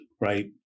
right